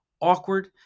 awkward